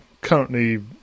currently